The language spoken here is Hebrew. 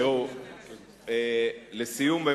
לסיום,